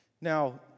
Now